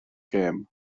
gem